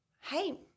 hey